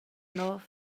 nov